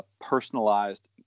personalized